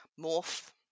morph